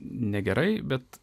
negerai bet